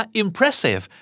impressive